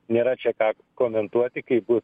nėra čia ką komentuoti kai bus